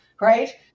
right